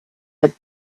had